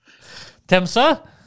Temsa